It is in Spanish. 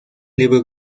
libro